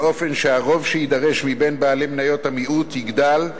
באופן שהרוב שיידרש מבין בעלי מניות המיעוט יגדל.